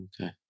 Okay